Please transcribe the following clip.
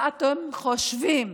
מה אתם חושבים